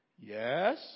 Yes